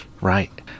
Right